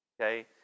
Okay